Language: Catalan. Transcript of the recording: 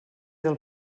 del